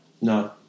no